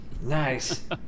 Nice